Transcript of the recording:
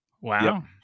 Wow